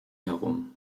herum